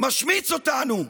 משמיץ אותנו,